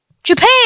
Japan